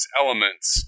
elements